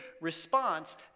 response